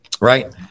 Right